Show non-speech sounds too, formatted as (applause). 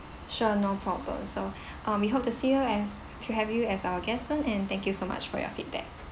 sure no problem so (breath) um we hope to see as to have you as our guest soon and thank you so much for your feedback